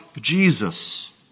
Jesus